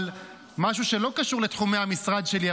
אבל משהו שלא קשור לתחומי המשרד שלי,